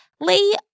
Lee